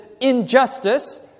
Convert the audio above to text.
injustice